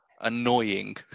annoying